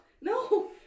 no